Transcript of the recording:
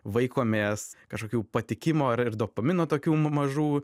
vaikomės kažkokių patikimo ir ir dopamino tokių mažų